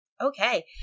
Okay